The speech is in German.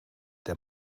der